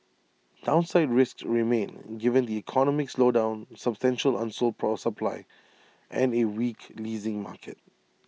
downside risks remain given the economic slowdown substantial unsold pro supply and A weak leasing market